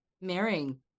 marrying